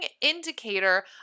indicator